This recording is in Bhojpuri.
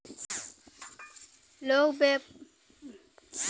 लोग व्यापार के नइका नइका अवसर खोजे लगेलन